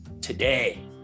today